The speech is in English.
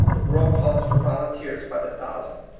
the world calls for volunteers by the thousand.